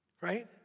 right